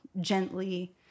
gently